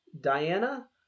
Diana